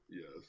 Yes